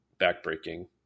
backbreaking